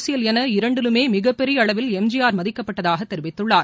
அரசியல் என இரண்டிலுமே மிகப்பெரிய அளவில் எம் ஜி ஆர் மதிக்கப்பட்டதாக தெரிவித்துள்ளார்